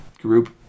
group